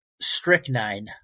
strychnine